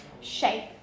shape